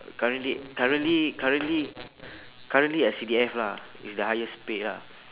currently currently currently currently S_C_D_F lah is the highest pay lah